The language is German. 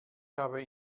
habe